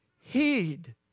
heed